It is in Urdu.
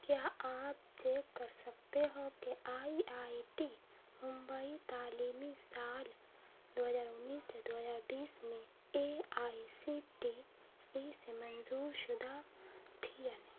کیا آپ چیک کر سکتے ہو کہ آئی آئی ٹی ممبئی تعلیمی سال دو ہزار انیس سے دو ہزار بیس میں A I C T E سے منظور شدہ تھی یا نہیں